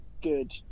good